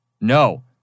No